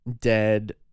dead